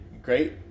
Great